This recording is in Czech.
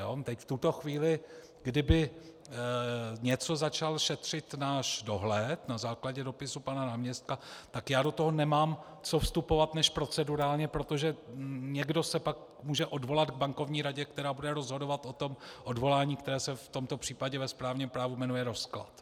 V tuto chvíli, kdyby něco začal šetřit náš dohled na základě dopisu pana náměstka, tak já do toho nemám co vstupovat než procedurálně, protože někdo se pak může odvolat k Bankovní radě, která bude rozhodovat o tom odvolání, které se v tomto případě ve správním právu jmenuje rozklad.